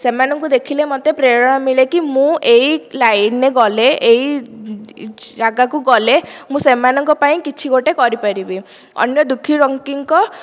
ସେମାନଙ୍କୁ ଦେଖିଲେ ମୋତେ ପ୍ରେରଣା ମିଳେ କି ମୁଁ ଏହି ଲାଇନରେ ଗଲେ ଏହି ଜାଗାକୁ ଗଲେ ମୁଁ ସେମାନଙ୍କ ପାଇଁ କିଛି ଗୋଟେ କରିପାରିବି ଅନ୍ୟ ଦୁଃଖୀ ରଙ୍କୀଙ୍କ